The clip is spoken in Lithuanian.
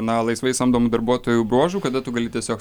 na laisvai samdomų darbuotojų bruožų kada tu gali tiesiog